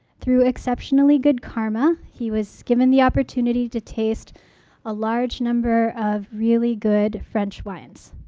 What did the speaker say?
through exceptionally good karma, he was given the opportunity to taste a large number of really good french wines.